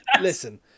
Listen